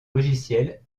logicielle